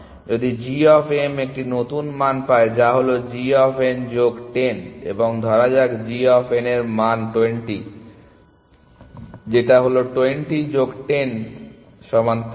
এবং যদি g of m একটি নতুন মান পায় যা হলো g অফ n যোগ 10 এবং ধরা যাক g অফ n এর মান 20 যেটা হলো 20 যোগ 10 সমান 30